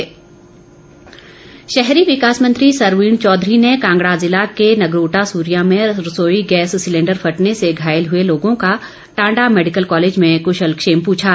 सरवीण चौधरी शहरी विकास मंत्री सरवीण चौधरी ने कांगड़ा ज़िला के नगरोटा सुरियां में रसोई गैस सिलेंडर फटने से घायल हुए लोगों का टांडा मैडिकल कॉलेज में कुशलक्षेम पूछा